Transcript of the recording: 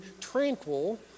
tranquil